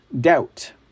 doubt